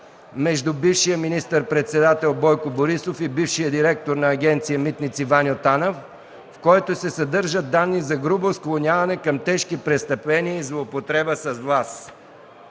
между бившия министър-председател Бойко Борисов и бившия директор на Агенция „Митници” Ваньо Танов, в който се съдържат данни за грубо склоняване към тежки престъпления и злоупотреба с власт;